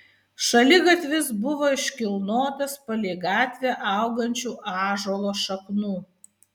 šaligatvis buvo iškilnotas palei gatvę augančių ąžuolo šaknų